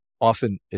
often